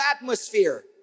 atmosphere